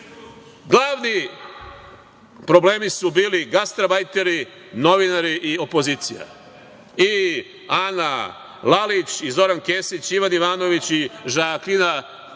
ovde. Glavni problemi su bili gastarbajteri, novinari, opozicija i Ana Lalić, Zoran Kesić, Ivan Ivanović i Žaklina Tatalović,